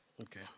Okay